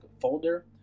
folder